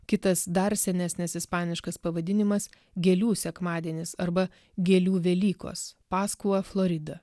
kitas dar senesnis ispaniškas pavadinimas gėlių sekmadienis arba gėlių velykos paskua florida